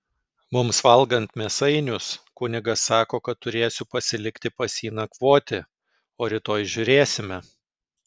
mums valgant mėsainius kunigas sako kad turėsiu pasilikti pas jį nakvoti o rytoj žiūrėsime